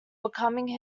becoming